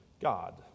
God